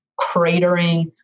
cratering